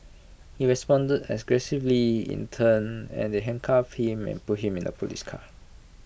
he responded aggressively in turn and they handcuffed him and put him in the Police car